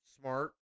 smart